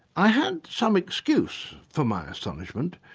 i had some excuse for my astonishment.